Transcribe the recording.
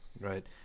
right